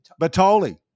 Batoli